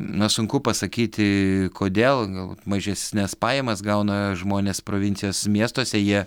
na sunku pasakyti kodėl gal mažesnes pajamas gauna žmonės provincijos miestuose jie